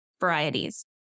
varieties